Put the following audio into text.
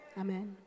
Amen